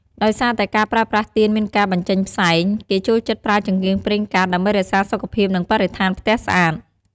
ដោយសារតែការប្រើប្រាស់ទៀនមានការបញ្ចេញផ្សែង គេចូលចិត្តប្រើចង្កៀងប្រេងកាត ដើម្បីរក្សាសុខភាព និងបរិស្ថានផ្ទះស្អាត។